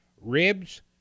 ribs